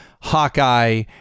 Hawkeye